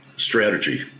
Strategy